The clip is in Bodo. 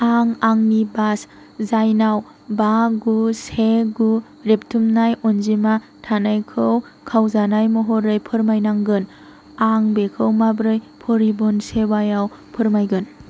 आं आंनि बास जायनाव बा गु से गु रेबथुमनाय अनजिमा थानायखौ खावजानाय महरै फोरमायनांगोन आं बेखौ माबोरै परिबहन सेभायाव फोरमायगोन